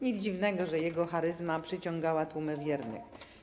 Nic dziwnego, że jego charyzma przyciągała tłumy wiernych.